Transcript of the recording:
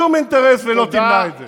ולא יעזור לך שום אינטרס, ולא תמנע את זה.